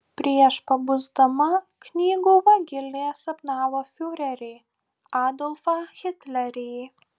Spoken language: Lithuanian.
prieš pabusdama knygų vagilė sapnavo fiurerį adolfą hitlerį